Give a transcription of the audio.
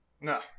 No